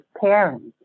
parents